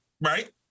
right